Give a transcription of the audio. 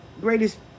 Greatest